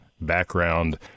background